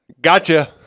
Gotcha